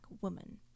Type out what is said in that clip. woman